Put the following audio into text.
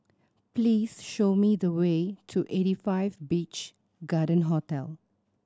please show me the way to Eighty Five Beach Garden Hotel